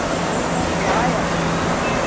साढ़े घर ब्याह् ऐ